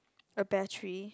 a battery